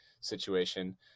situation